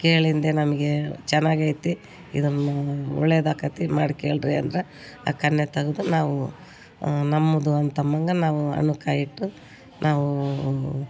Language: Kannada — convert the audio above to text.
ಕೇಳಿಂದೆ ನಮಗೆ ಚೆನ್ನಾಗೈತಿ ಇದನ್ನು ಒಳ್ಳೆದಾಕತಿ ಮಾಡ್ಕಳ್ರಿ ಅಂದ್ರೆ ಆ ಕನ್ಯೆ ತೆಗ್ದು ನಾವು ನಮ್ಮದು ಅಂತ ಅನ್ನಂಗ ನಾವು ಹಣ್ಣು ಕಾಯಿ ಇಟ್ಟು ನಾವು